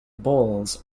balls